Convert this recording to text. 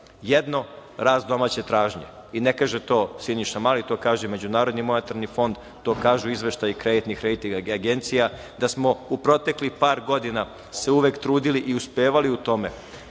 Jedno, rast domaće tražnje i ne kaže to Siniša Mali, to kaže MMF, to kaže izveštaji kreditnih rejting agencija, da smo u proteklih par godina se uvek trudili i uspevali u tome